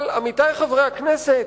אבל, עמיתי חברי הכנסת,